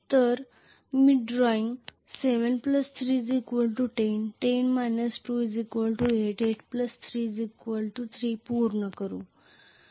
तर मी ड्रॉईंग 7 3 10 10 2 8 8 3 11पूर्ण करू